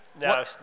no